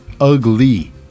Ugly